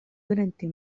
durante